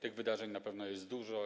Tych wydarzeń na pewno jest dużo.